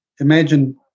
Imagine